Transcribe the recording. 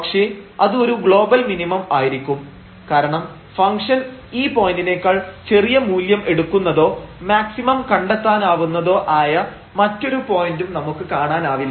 പക്ഷേ അത് ഒരു ഗ്ലോബൽ മിനിമം ആയിരിക്കും കാരണം ഫംഗ്ഷൻഈ പോയന്റിനേക്കാൾ ചെറിയ മൂല്യം എടുക്കുന്നതോ മാക്സിമം കണ്ടെത്താനാവുന്നതോ ആയ മറ്റൊരു പോയന്റും നമുക്ക് കാണാനാവില്ല